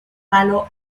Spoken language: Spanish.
palo